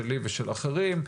שלי ושל אחרים,